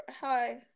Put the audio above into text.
Hi